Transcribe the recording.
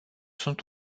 sunt